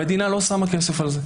המדינה לא שמה כסף על זה.